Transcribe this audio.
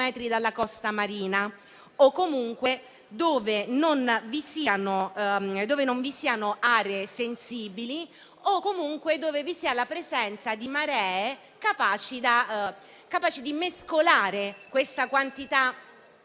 o comunque dove non vi siano aree sensibili o dove vi sia la presenza di maree capaci di mescolare la quantità